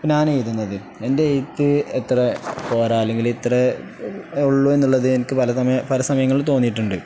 ഞാന എഴുതുന്നത് എൻ്റെ എഴുത്ത് എത്രത്ര പോരാ അല്ലെങ്കില് ഇത്ര ഉള്ളു എന്നുള്ളത് എനിക്ക് പല സമയ പല സമയങ്ങള തോന്നിയിട്ടുണ്ട്